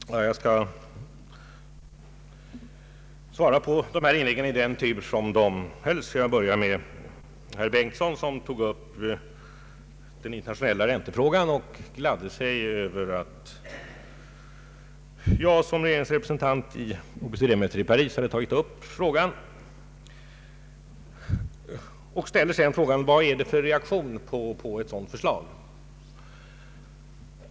Herr talman! Jag skall svara på frågorna i den tur som de ställdes. Jag börjar med herr Bengtson som gladde sig över att jag som regeringsrepresentant vid OECD-mötet i Paris hade tagit upp den internationella räntefrågan. Han undrade vad det blev för reaktion på ett sådant förslag.